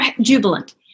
jubilant